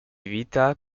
vita